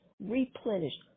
replenished